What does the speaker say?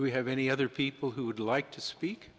to have any other people who would like to speak